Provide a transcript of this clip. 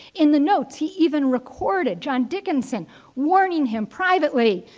in the notes, he even recorded john dickinson warning him privately,